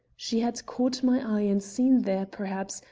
she had caught my eye and seen there, perhaps,